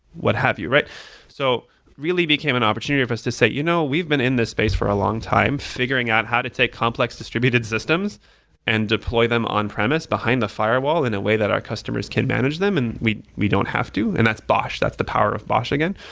what have you? so really became an opportunity for us to say, you know, we've been in the space for a long time figuring out how to take complex, distributed systems and deploy them on-premise behind the firewall in a way that our customers can manage them and we we don't have to, and that's bosh. that's the power of bosh again.